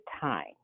time